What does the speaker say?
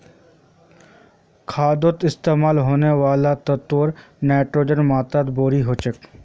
खादोत इस्तेमाल होने वाला तत्वोत नाइट्रोजनेर मात्रा बेसी होचे